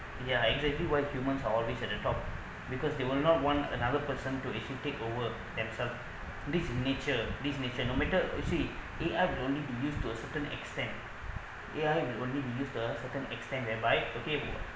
ya exactly why humans are always at the top because they will not want another person to actually take over themselves this is nature this is nature no matter you see A_I can only be used to a certain extent A_I can only be used to a certain extent whereby okay